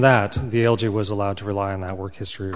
it was allowed to rely on that work history